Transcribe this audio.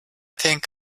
think